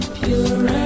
pure